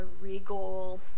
regal